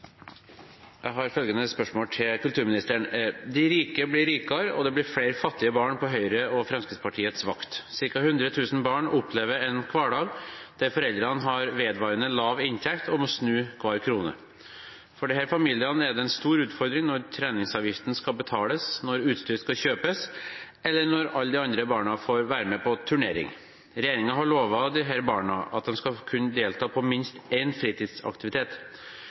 kulturministeren: «De rike blir rikere, og det blir flere fattige barn på Høyres og Fremskrittspartiets vakt. Cirka 100 000 barn opplever en hverdag der foreldrene har vedvarende lav inntekt og må snu hver krone. For disse familiene er det en stor utfordring når treningsavgiften skal betales, når utstyr skal kjøpes, eller når alle de andre barna får være med på turnering. Regjeringen har lovet disse barna at de skal kunne delta på minst én fritidsaktivitet.